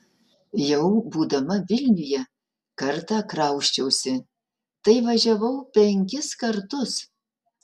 jau būdama vilniuje kartą krausčiausi tai važiavau penkis kartus